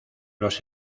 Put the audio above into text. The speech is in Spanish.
los